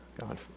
God